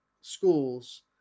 schools